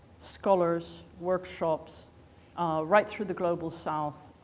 scholars, workshops right through the global south